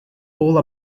all